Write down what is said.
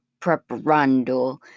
preparando